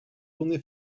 only